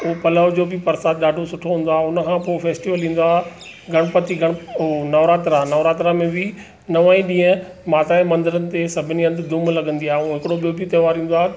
उहो पलव जो बि परसादु ॾाढो सुठो हूंदो आहे हुनखां पोइ फैस्टिवल ईंदो आहे गणपति ऐं नवरात्रा नवरात्रा में बि नवां ई ॾींहं माता जे मंदरनि ते सभिनी हंधि धूम लॻंदी आहे ऐं हिकिड़ो ॿियो बि त्योहार ईंदो आहे